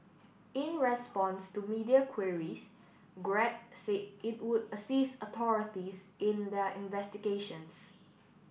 in response to media queries Grab said it would assist authorities in their investigations